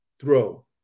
throw